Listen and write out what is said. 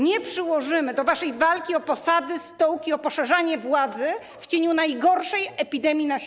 Nie przyłożymy ręki do waszej walki o posady, stołki, o poszerzanie władzy w cieniu najgorszej epidemii na świecie.